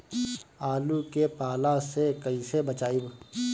आलु के पाला से कईसे बचाईब?